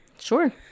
Sure